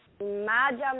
Imagine